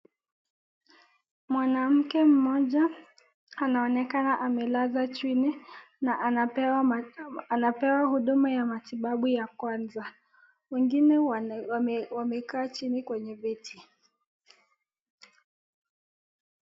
Mwanamke Mmoja anaonekana amelazwa chini na anapewa huduma ya matibabu ya kwanza, wengine wamekaa chini kwenye viti.